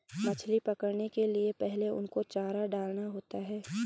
मछली पकड़ने के लिए पहले उनको चारा डालना होता है